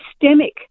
systemic